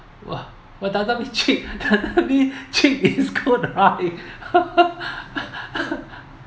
well doesn't mean cheap doesn't mean cheap is good